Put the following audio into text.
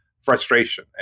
frustration